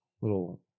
little